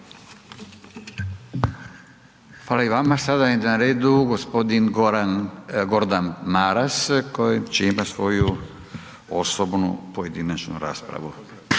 Fala i vama. Sada je na redu g. Goran, Gordan Maras koji će imat svoju osobnu pojedinačnu raspravu.